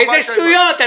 איזה שטויות?